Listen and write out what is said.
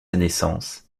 naissance